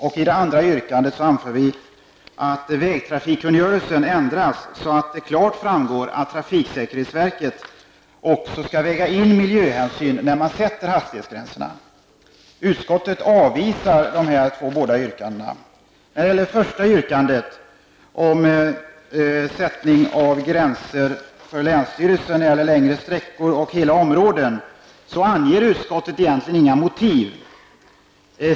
I det andra yrkandet anför vi att vägtrafikkungörelsen bör ändras så att det klart framgår att trafiksäkerhetsverket skall väga in miljöhänsyn när det sätter hastighetsgränserna. Utskottet avvisar dessa båda yrkanden. När det gäller det första yrkandet om möjligheten till nedsättning av hastighetsgränserna för länsstyrelsen på längre sträckor och i hela områden anger utskottet egentligen inget motiv.